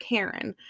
Karen